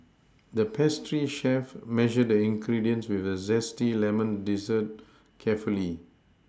the pastry chef measured the ingredients for a zesty lemon dessert carefully